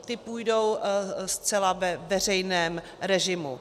Ti půjdou zcela ve veřejném režimu.